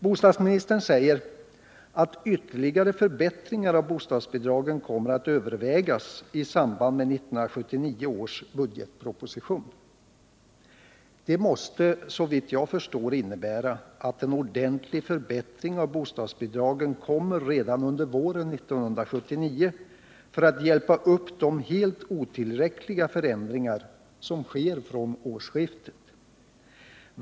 Bostadsministern säger att ytterligare förbättringar av bostadsbidragen kommer att övervägas i samband med 1979 års budgetproposition. Det måste såvitt jag förstår innebära att en ordentlig förbättring av bostadsbidragen kommer redan under våren 1979 för att hjälpa upp de helt otillräckliga förändringar som sker från årsskiftet.